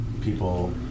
people